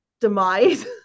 demise